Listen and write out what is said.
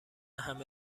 همه